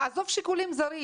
עזוב שיקולים זרים,